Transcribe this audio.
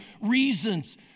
reasons